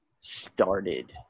started